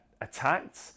attacked